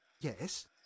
Yes